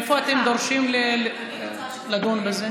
איפה אתם דורשים לדון בזה?